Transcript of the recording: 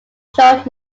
short